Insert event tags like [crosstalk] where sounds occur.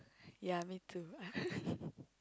ya me too [laughs]